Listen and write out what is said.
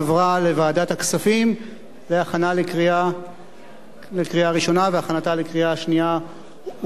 עברה בקריאה ראשונה ותעבור לוועדת הכספים להכנתה לקריאה שנייה ושלישית.